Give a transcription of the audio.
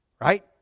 Right